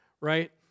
right